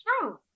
true